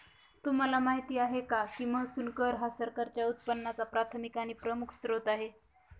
तुम्हाला माहिती आहे का की महसूल कर हा सरकारच्या उत्पन्नाचा प्राथमिक आणि प्रमुख स्त्रोत आहे